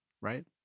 right